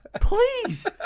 Please